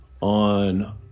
on